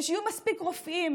ושיהיו מספיק רופאים